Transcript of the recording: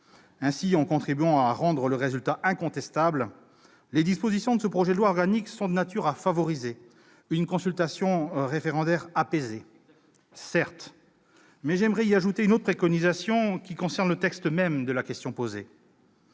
Ainsi, en contribuant à rendre le résultat incontestable, les dispositions de ce projet de loi organique sont de nature à favoriser une consultation référendaire apaisée, ... Exactement !... certes, mais j'aimerais ajouter une autre préconisation, qui concerne le texte même de la question posée.